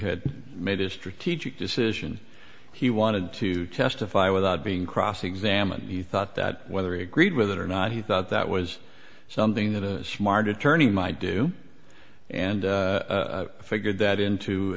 had made a strategic decision he wanted to testify without being cross examined he thought that whether he agreed with it or not he thought that was something that a smart attorney my do and figured that into